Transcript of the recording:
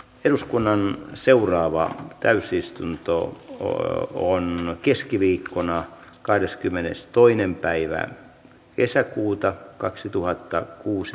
eduskunnan seuraava täysistunto on meille vuonna keskiviikkona kahdeskymmenestoinen päivään kesäkuuta kaksituhattakuusi